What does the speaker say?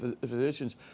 physicians